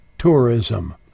tourism